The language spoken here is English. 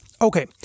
Okay